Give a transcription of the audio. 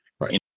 Right